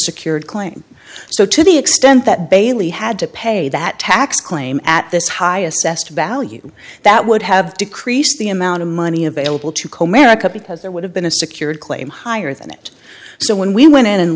secured claim so to the extent that bailey had to pay that tax claim at this high assessed value that would have decreased the amount of money available to comit i could because there would have been a secured claim higher than that so when we went in and